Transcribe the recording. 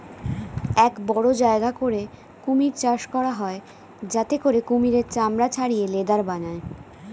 এক বড় জায়গা করে কুমির চাষ করা হয় যাতে করে কুমিরের চামড়া ছাড়িয়ে লেদার বানায়